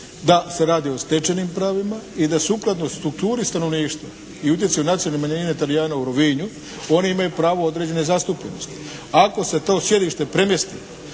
da se radi o stečenim pravima i da sukladno strukturi stanovništva i utjecaju nacionalne manjine Talijana u Rovinju oni imaju pravo određene zastupljenosti. Ako se to sjedište premjesti